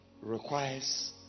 requires